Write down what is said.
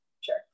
sure